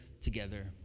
together